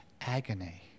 Agony